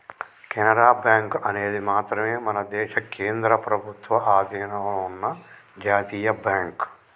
Canara bank అనేది మాత్రమే మన దేశ కేంద్ర ప్రభుత్వ అధీనంలో ఉన్న జాతీయ బ్యాంక్